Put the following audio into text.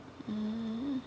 mm